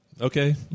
Okay